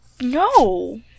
No